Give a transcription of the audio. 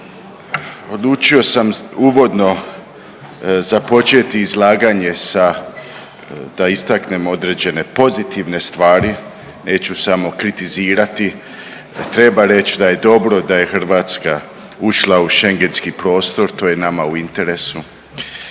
odlučio sam uvodno započeti izlaganje sa da istaknem određene pozitivne stvari, neću samo kritizirati. Treba reći da je dobro da je Hrvatska ušla u Schengenski prostor to je nama u interesu.